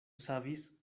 savis